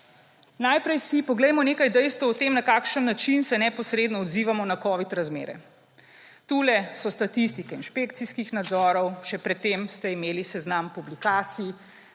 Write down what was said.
Najprej si poglejmo nekaj dejstev o tem, na kakšen način se neposredno odzivamo na covid razmere. Tu / pokaže zboru/ so statistike inšpekcijskih nadzorov, še pred tem ste imeli seznam publikacij,